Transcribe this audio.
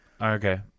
Okay